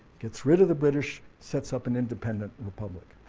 gets rids of the british, sets up an independent republic.